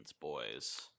boys